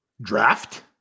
draft